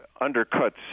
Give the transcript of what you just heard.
undercuts